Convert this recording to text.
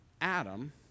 Adam